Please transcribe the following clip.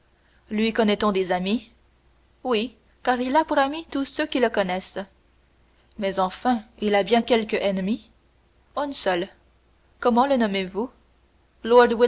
lui connaît-on des amis oui car il a pour amis tous ceux qui le connaissent mais enfin il a bien quelque ennemi un seul comment le